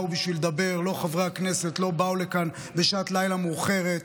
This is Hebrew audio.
חברי הכנסת לא באו לכאן בשעת לילה מאוחרת